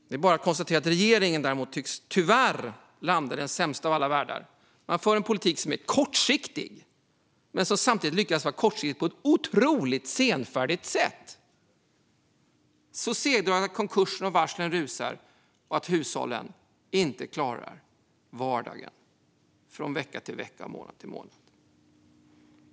Men den här regeringen tycks tyvärr landa i den sämsta av alla världar. Man för en politik som är kortsiktig, och dessutom är den kortsiktig på ett otroligt senfärdigt sätt. Det blir så segdraget att konkurser och varsel rusar i höjden och hushållen inte klarar sin vardag från vecka till vecka och månad till månad.